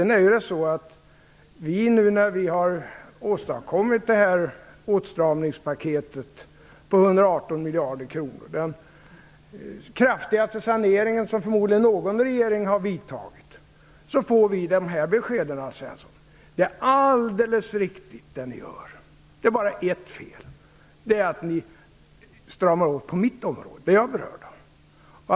När vi nu har åstadkommit åtstramningspaketet om 118 miljarder, förmodligen den kraftigaste sanering som någon regering har vidtagit, får vi följande besked, Alf Svensson: Det som ni gör är alldeles riktigt. Det är bara ett fel, och det är att ni stramar åt på mitt område, det som jag är berörd av.